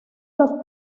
los